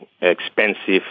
expensive